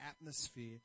atmosphere